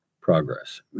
progress